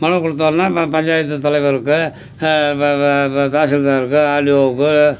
மனு கொடுத்தோன்னே ப பஞ்சாயத்து தலைவருக்கு தாசில்தாருக்கு ஆர்டிஓவுக்கு